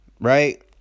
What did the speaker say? right